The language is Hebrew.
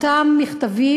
אותם מכתבים